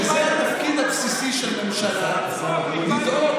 תפסיקו, נו.